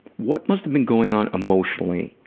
what must have been going on, emotionally,